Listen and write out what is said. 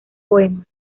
poemas